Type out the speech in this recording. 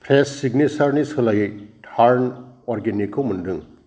fresh' सिगनेसार नि सोलायै टार्न अर्गेनिकखौ मोन्दों